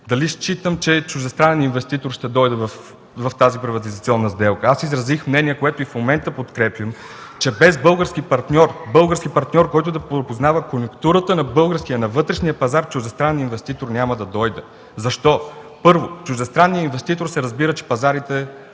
дали считам, че чуждестранен инвеститор ще дойде в тази приватизационна сделка? Аз изразих мнение, което и в момента подкрепям – че без български партньор, който да познава конюнктурата на българския, на вътрешния пазар, чуждестранен инвеститор няма да дойде. Защо? Чуждестранният инвеститор си има пазарите.